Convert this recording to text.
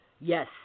Yes